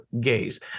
gays